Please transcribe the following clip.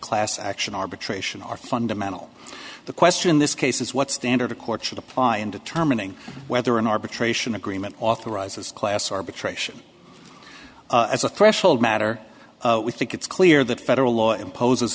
class action arbitration are fundamental the question in this case is what standard a court should apply in determining whether an arbitration agreement authorizes class arbitration as a threshold matter we think it's clear that federal law imposes